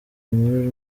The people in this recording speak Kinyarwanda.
muri